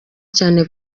cyane